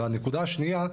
והנקודה השנייה,